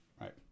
right